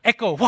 Echo